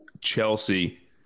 Chelsea